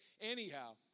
anyhow